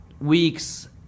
weeks